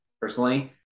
personally